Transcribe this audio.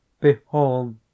behold